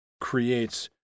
creates